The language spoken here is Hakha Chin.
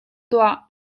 tuah